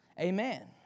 Amen